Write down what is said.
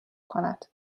کنند